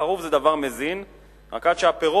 חרוב זה דבר מזין, רק עד שהפירות